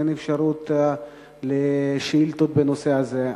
אין אפשרות לשאילתות בנושא הזה.